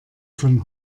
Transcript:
von